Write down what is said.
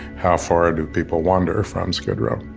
how far do people wander from skid row?